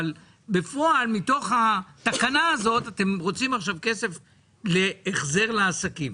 אבל בפועל מתוך התקנה הזאת אתם רוצים עכשיו כסף להחזר לעסקים.